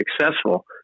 successful